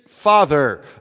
father